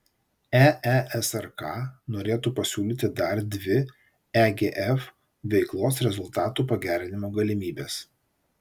eesrk norėtų pasiūlyti dar dvi egf veiklos rezultatų pagerinimo galimybes